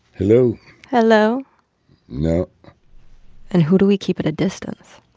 hello hello no and who do we keep at a distance?